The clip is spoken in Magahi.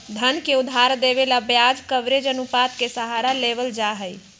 धन के उधार देवे ला ब्याज कवरेज अनुपात के सहारा लेवल जाहई